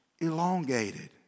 elongated